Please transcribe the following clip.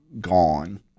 gone